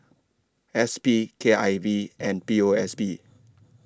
S P K I V and P O S B